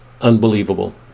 unbelievable